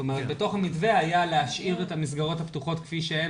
זאת אומרת בתוך המתווה היה להשאיר את המסגרות הפתוחות כפי שהן